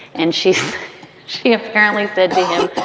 and she she apparently said to him.